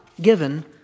given